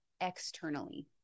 externally